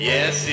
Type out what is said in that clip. Yes